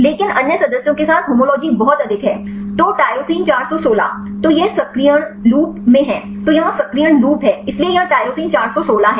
लेकिन अन्य सदस्यों के साथ होमोलॉजी बहुत अधिक है तो टाइरोसिन 416 तो यह सक्रियण लूप में है यह यहां सक्रियण लूप है इसलिए यहां टायरोसिन 416 है